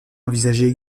envisageait